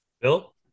Bill